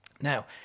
Now